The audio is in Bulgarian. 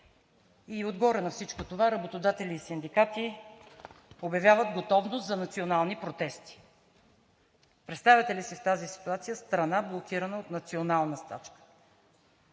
И отгоре на всичко това работодатели и синдикати обявяват готовност за национални протести. Представяте ли си в тази ситуация страна, блокирана от национална стачка?